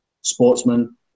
sportsman